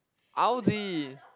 Audi